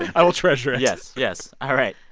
i will treasure it yes. yes. all right.